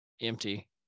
empty